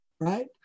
right